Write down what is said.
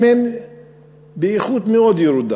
שמן באיכות מאוד ירודה